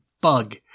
bug